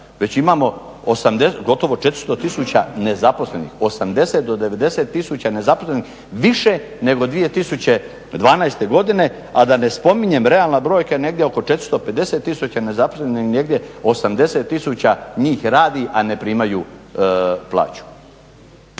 već imamo gotovo 400 tisuća nezaposlenih, 80-90 tisuća nezaposlenih više nego 2012. godine a da ne spominjem realna brojka je negdje oko 450 nezaposlenih i negdje 80 tisuća njih radi a ne primaju plaću.